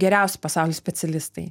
geriausi pasaulio specialistai